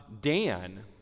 Dan